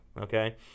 okay